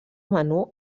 menú